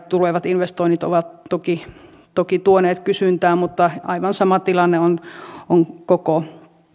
tulevat investoinnit ovat toki toki tuoneet kysyntää mutta aivan sama tilanne on on koko